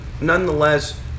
nonetheless